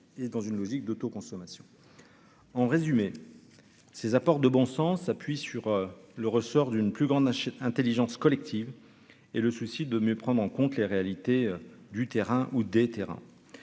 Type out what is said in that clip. et dans une logique d'auto-consommation en résumé ces apports de bon sens, s'appuie sur le ressort d'une plus grande achète Intelligence collective et le souci de mieux prendre en compte les réalités du terrain ou des terrains